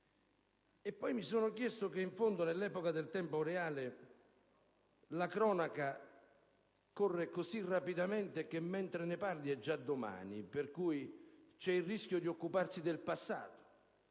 Poi mi sono detto che, nell'epoca del tempo reale la cronaca corre così rapidamente che mentre ne parli è già domani, per cui vi è il rischio di occuparsi del passato